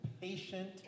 patient